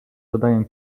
dodaję